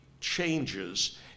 changes